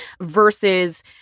versus